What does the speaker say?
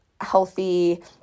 healthy